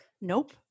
Nope